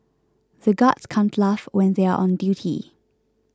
the guards can't laugh when they are on duty